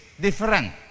different